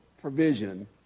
provision